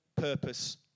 purpose